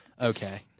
Okay